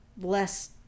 less